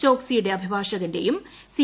ചോക്സിയുടെ അഭിഭാഷകന്റെയും സി